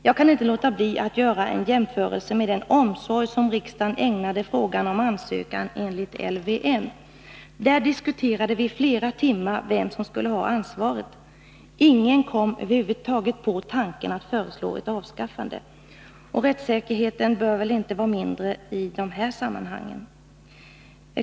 Jag kan inte låta bli att göra en jämförelse med den omsorg som riksdagen ägnade frågan om ansökan enligt LVM. Vi diskuterade flera timmar vem som skulle ha ansvaret. Ingen kom över huvud taget på tanken att föreslå ett avskaffande av ansökan. Rättssäkerheten bör väl inte vara mindre i dessa sammanhang.